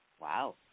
Wow